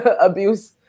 Abuse